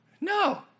No